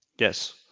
yes